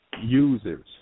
users